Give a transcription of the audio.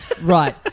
Right